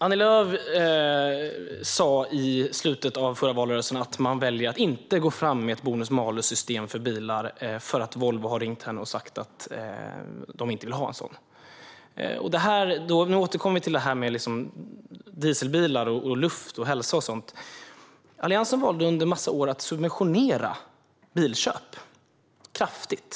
Annie Lööf sa i slutet av förra valrörelsen att man väljer att inte gå fram med ett bonus-malus-system för bilar, för att Volvo hade ringt henne och sagt att de inte ville ha ett sådant. Nu återkommer vi till detta med dieselbilar, luft, hälsa och sådant. Alliansen valde under en massa år att subventionera bilköp kraftigt.